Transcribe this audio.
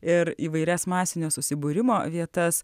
ir įvairias masinio susibūrimo vietas